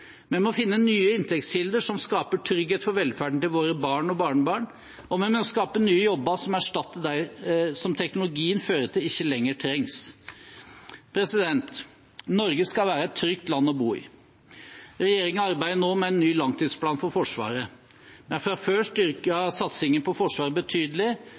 Vi må finne nye inntektskilder som skaper trygghet for velferden til våre barn og barnebarn, og vi må skape nye jobber som erstatter dem som teknologien fører til ikke lenger trengs. Norge skal være et trygt land å bo i. Regjeringen arbeider nå med en ny langtidsplan for Forsvaret. Vi har fra før av styrket satsingen på Forsvaret betydelig.